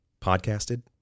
Podcasted